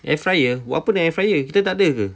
air fryer buat apa nak air fryer kita takde ke